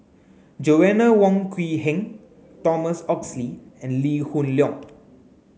Joanna Wong Quee Heng Thomas Oxley and Lee Hoon Leong